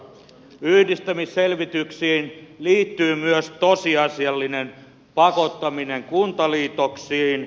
yhdistämisselvityksiin liittyy myös tosiasiallinen pakottaminen kuntaliitoksiin